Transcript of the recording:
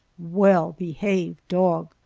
well-behaved dog!